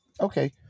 Okay